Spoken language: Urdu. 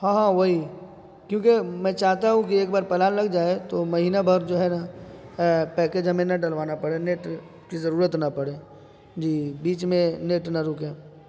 ہاں ہاں وہی کیونکہ میں چاہتا ہوں کہ ایک بار پلان لگ جائے تو مہینہ بھر جو ہے نا پیکیج ہمیں نہ ڈلوانا پڑے نیٹ کی ضرورت نہ پڑے جی بیچ میں نیٹ نہ رکے